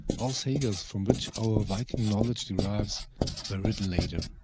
all sagas, from which our viking knowledge derives, were written later,